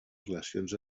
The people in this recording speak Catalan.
relacions